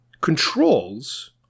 controls